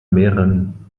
mehren